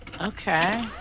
Okay